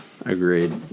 agreed